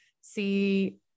see